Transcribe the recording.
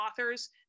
authors